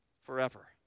forever